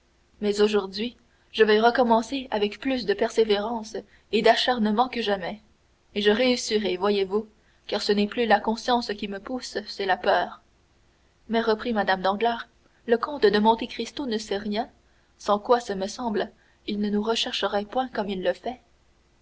mais aujourd'hui je vais recommencer avec plus de persévérance et d'acharnement que jamais et je réussirai voyez-vous car ce n'est plus la conscience qui me pousse c'est la peur mais reprit mme danglars le comte de monte cristo ne sait rien sans quoi ce me semble il ne nous rechercherait point comme il le fait